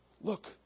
Look